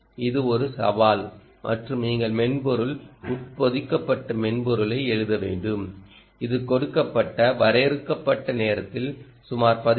இது ஒரு சவால் மற்றும் நீங்கள் மென்பொருள் உட்பொதிக்கப்பட்ட மென்பொருளை எழுத வேண்டும் இது கொடுக்கப்பட்ட வரையறுக்கப்பட்ட நேரத்தில் சுமார் 1